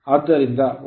ಆದ್ದರಿಂದ ω 1 - s ωs